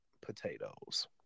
potatoes